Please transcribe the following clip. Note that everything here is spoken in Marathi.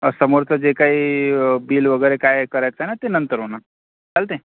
समोरचं जे काही बिल वगैरे काय करायचं ना ते नंतर होणार चालतं आहे